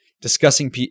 discussing